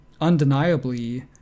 undeniably